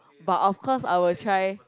but of course I will try